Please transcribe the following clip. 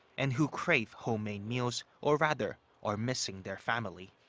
and who crave home-made meals. or rather are missing their family.